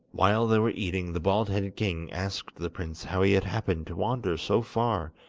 while they were eating, the bald-headed king asked the prince how he had happened to wander so far,